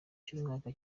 cy’umwaka